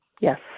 yes